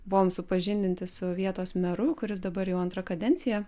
buvom supažindinti su vietos meru kuris dabar jau antra kadencija